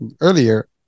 earlier